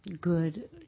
good